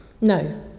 No